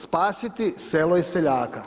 Spasiti selo i seljaka.